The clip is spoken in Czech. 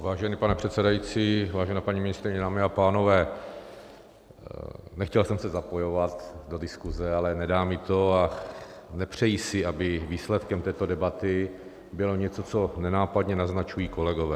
Vážený pane předsedající, vážená paní ministryně, dámy a pánové, nechtěl jsem se zapojovat do diskuse, ale nedá mi to a nepřeji si, aby výsledkem této debaty bylo něco, co nenápadně naznačují kolegové.